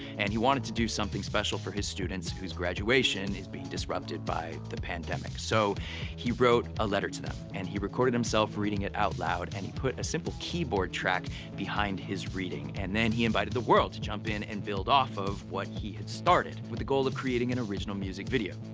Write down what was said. and he wanted to do something special for his students whose graduation is being disrupted by the pandemic. so he wrote a letter to them and he recorded himself reading it out loud, and he put a simple keyboard track behind his reading. and then he invited the world to jump in and build off of what he had started, with the goal of creating an original music video.